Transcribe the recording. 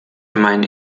meinen